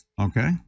Okay